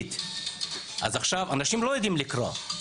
האנשים לא יודעים לקרוא.